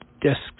discs